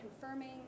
confirming